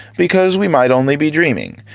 because we might only be dreaming,